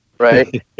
Right